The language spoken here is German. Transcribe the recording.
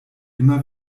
immer